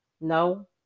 No